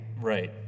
Right